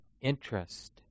interest